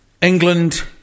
England